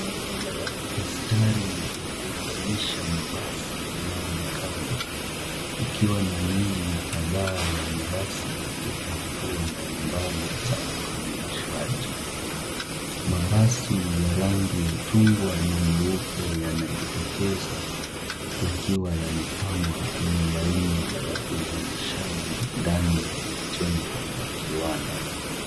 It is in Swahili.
Mstari wa kuunganisha mabasi unaonekana ukiwa na miili kadha ya mabasi katika hatua mbalimbali za ukamilishaji, mabasi ya rangi ya chungwa na meupe yanajitokeza, yakiwa yamepangwa kwenye laini ya uzalishaji ndani ya jengo la kiwanda.